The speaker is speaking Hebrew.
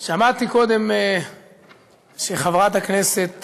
שמעתי קודם שחברת הכנסת